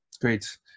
Great